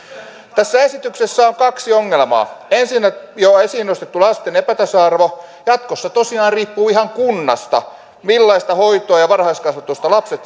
tässä esityksessä on kaksi ongelmaa ensin jo esiin nostettu lasten epätasa arvo jatkossa tosiaan riippuu ihan kunnasta millaista hoitoa ja varhaiskasvatusta